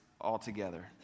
altogether